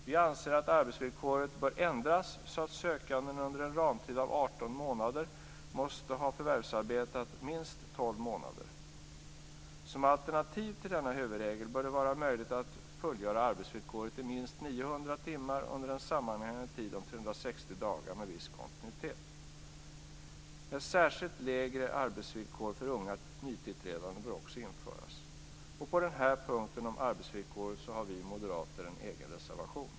Vi anser att arbetsvillkoret bör ändras så att sökanden under en ramtid av 18 månader måste ha förvärvsarbetat minst 12 månader. Som alternativ till denna huvudregel bör det vara möjligt att fullgöra arbetsvillkoret i minst 900 timmar under en sammanhängande tid om 360 dagar med viss kontinuitet. Ett särskilt lägre arbetsvillkor för unga nytillträdande bör också införas. På denna punkt om arbetsvillkoret har vi moderater en egen reservation.